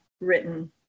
written